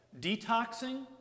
detoxing